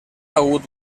hagut